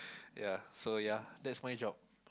ya so ya that's my job